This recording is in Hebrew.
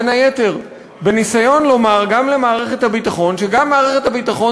בין היתר בניסיון לומר גם למערכת הביטחון שגם מערכת הביטחון